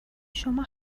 شما